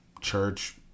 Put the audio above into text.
church